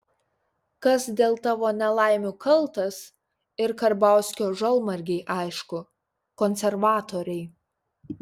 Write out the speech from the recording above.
kas dėl tavo nelaimių kaltas ir karbauskio žalmargei aišku konservatoriai